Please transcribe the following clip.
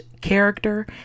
character